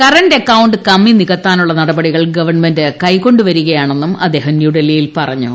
current account കമ്മി നിക്ത്ത്രിനുള്ള നടപടികൾ ഗവൺമെന്റ് കൈക്കൊണ്ടു വരികയുള്ളണുന്നും അദ്ദേഹം ന്യൂഡൽഹിയിൽ പറഞ്ഞു